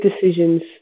decisions